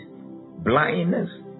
Blindness